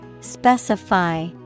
Specify